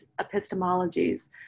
epistemologies